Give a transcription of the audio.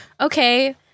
okay